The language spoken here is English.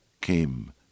came